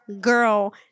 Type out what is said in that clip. girl